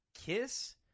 Kiss